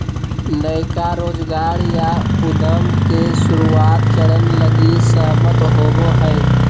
नयका रोजगार या उद्यम के शुरुआत चरण लगी सहमत होवो हइ